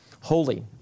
holy